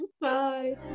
Bye